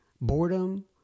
boredom